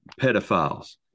Pedophiles